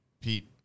pete